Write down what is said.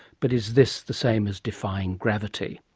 but is this the same as defying gravity?